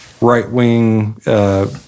right-wing